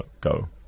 go